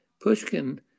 Pushkin